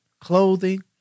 Clothing